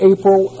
April